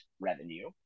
revenue